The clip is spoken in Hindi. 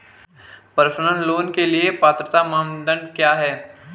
पर्सनल लोंन के लिए पात्रता मानदंड क्या हैं?